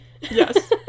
Yes